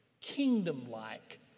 kingdom-like